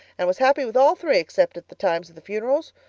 and was happy with all three except at the times of the funerals.